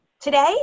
Today